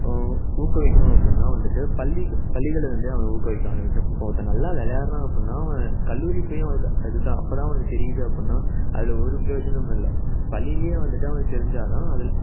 ஊக்குவிக்கணும் அப்புடின்னா வந்துட்டு பள்ளிக்கு பள்ளிகளிலிருந்தே அவனை ஊக்குவிக்க ஆரம்மிக்கணும் இப்போ ஒருத்தன் நல்லா விளையாடுறான் அப்புடின்னா அவன் கல்லூரி போயும் அதுக்கு அதுதான் அப்போதான் அவனுக்கு தெரியுது அப்புடின்னா அதில் ஒரு ப்ரயோஜனம் இல்லை பள்ளிலேயே வந்துட்டு அவனுக்கு தெரிஞ்சால் தான் அதில்